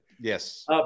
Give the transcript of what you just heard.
Yes